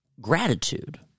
gratitude